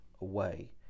away